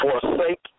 forsake